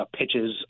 pitches